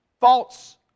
false